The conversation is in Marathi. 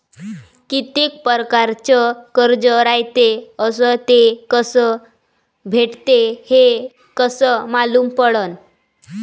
कितीक परकारचं कर्ज रायते अस ते कस भेटते, हे कस मालूम पडनं?